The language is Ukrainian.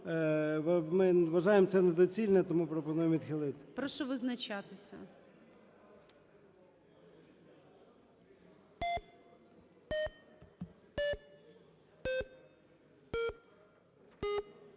Ми вважаємо це недоцільним, тому пропонуємо відхилити. ГОЛОВУЮЧИЙ. Прошу визначатися.